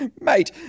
Mate